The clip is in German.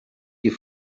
die